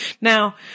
now